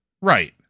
Right